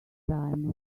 time